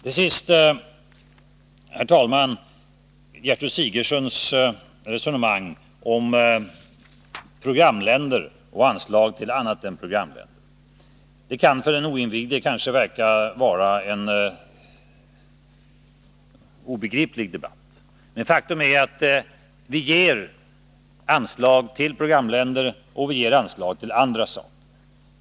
Till sist, herr talman, till Gertrud Sigurdsens resonemang om programländer och anslag till annat än programländer. Det kan för den oinvigde kanske verka vara en obegriplig debatt. Men faktum är att vi alltid gett anslag både till programländer och till annat.